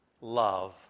love